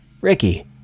Ricky